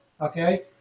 okay